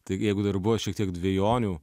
taigi jeigu dar buvo šiek tiek dvejonių